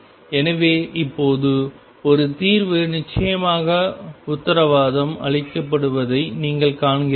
எனவே இப்போது ஒரு தீர்வு நிச்சயமாக உத்தரவாதம் அளிக்கப்படுவதை நீங்கள் காண்கிறீர்கள்